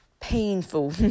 painful